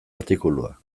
artikulua